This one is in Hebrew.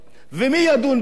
ומי ידון בזה,